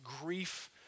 grief